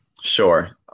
sure